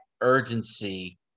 urgency